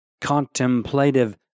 contemplative